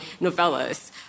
novellas